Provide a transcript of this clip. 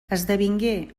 esdevingué